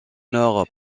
nord